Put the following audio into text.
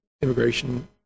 immigration